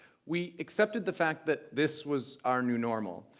we accepted the fact that this was our new normal.